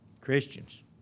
Christians